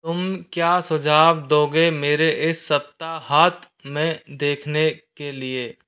तुम क्या सुझाव दोगे मेरे इस सप्ताहांत में देखने के लिए